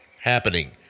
happening